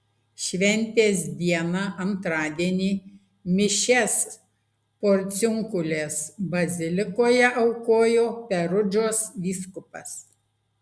šventės dieną antradienį mišias porciunkulės bazilikoje aukojo perudžos vyskupas